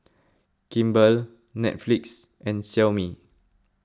Kimball Netflix and Xiaomi